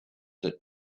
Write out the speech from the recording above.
that